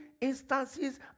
instances